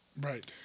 Right